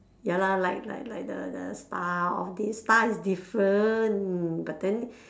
ya lah like like like the the star of this star is different but then